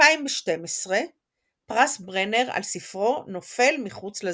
2012 פרס ברנר על ספרו "נופל מחוץ לזמן".